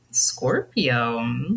Scorpio